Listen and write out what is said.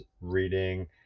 reading